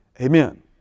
Amen